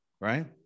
right